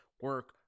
Work